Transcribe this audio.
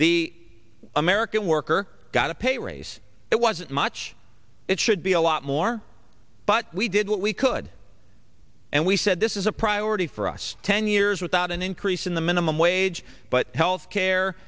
the american worker got a pay raise it wasn't much it should be a lot more but we did what we could and we said this is a priority for us ten years without an increase in the minimum wage but health care